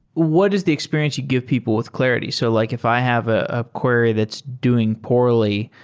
what is the experience you give people with clarity? so like if i have a query that's doing poorly,